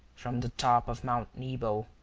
from the top of mount nebo,